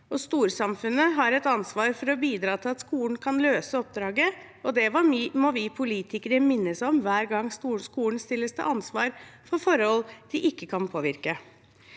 Storsamfunnet har et ansvar for å bidra til at skolen kan løse oppdraget, og det må vi politikere minnes om hver gang skolen stilles til ansvar for forhold de ikke kan påvirke.